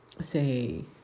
say